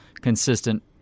consistent